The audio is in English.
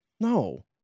No